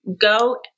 go